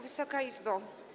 Wysoka Izbo!